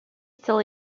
still